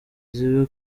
zibe